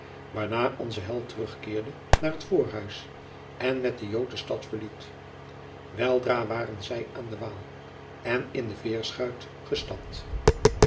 waarna onze held terugkeerde naar het voorhuis en met den jood jacob van lennep de pleegzoon de stad verliet weldra waren zij aan den waal en in de veerschuit gestapt